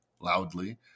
loudly